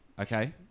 Okay